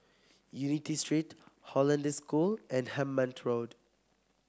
Unity Street Hollandse School and Hemmant Road